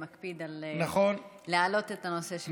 מקפיד להעלות את הנושא של מעונות היום,